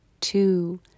two